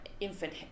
infant